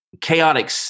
chaotic